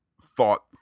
thought